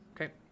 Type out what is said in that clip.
Okay